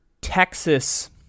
texas